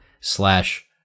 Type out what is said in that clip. slash